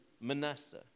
Manasseh